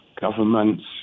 governments